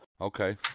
Okay